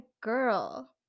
Girl